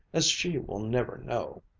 as she will never know.